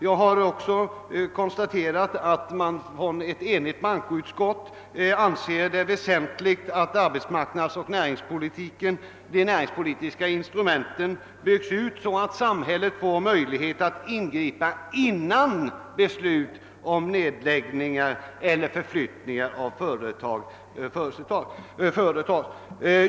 Jag konstaterar också att ett enigt bankoutskott anser det väsenligt att de arbetsmarknadsoch näringspolitiska instrumenten byggs ut, så att samhället får möjlighet att ingripa innan nedläggningar eller förflyttningar av företag beslutas.